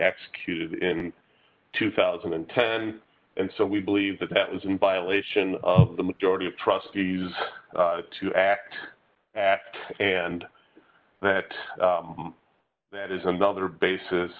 executed in two thousand and ten and so we believe that that was in violation of the majority of trustees to act act and that that is another